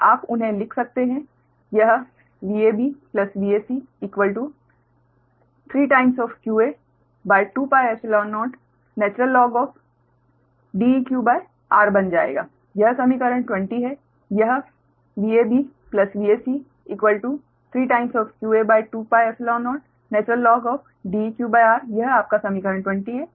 आप उन्हें लिख सकते हैं यह VabVac 3qa2πϵ0 In बन जाएगा यह समीकरण 20 है यह VabVac 3qa2πϵ0 In यह आपका समीकरण 20 है